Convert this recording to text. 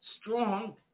strong